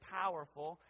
powerful